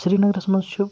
سریٖنگرَس منٛز چھُ